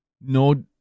no